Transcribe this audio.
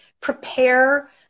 prepare